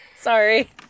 Sorry